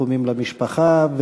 תנחומים למשפחה.